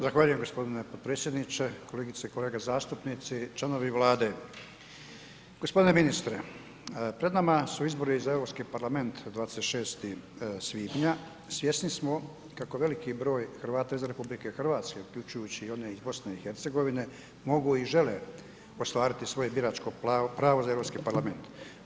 Zahvaljujem g. potpredsjedniče, kolegice i kolege zastupnici, članovi Vlade. g. Ministre, pred nama su izbori za Europski parlament 26. svibnja, svjesni smo kako veliki broj Hrvata iz RH, uključujući i one iz BiH, mogu i žele ostvariti svoje biračko pravo za Europski parlament.